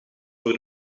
voor